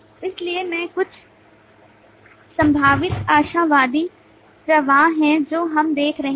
इसलिए ये कुछ संभावित आशावादी प्रवाह हैं जो हम देख रहे हैं